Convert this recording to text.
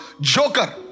Joker